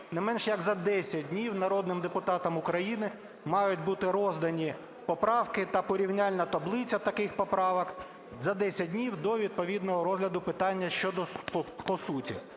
не менш як за 10 днів народним депутатам України мають бути роздані поправки та порівняльна таблиця таких поправок, за 10 днів до відповідного розгляду питання щодо по суті.